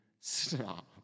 stop